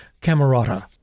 Camerata